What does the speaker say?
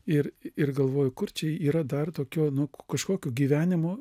ir ir galvoju kur čia yra dar tokio nu kažkokiu gyvenimu